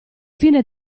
fine